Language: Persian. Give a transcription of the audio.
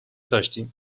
داشتیم